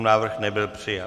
Návrh nebyl přijat.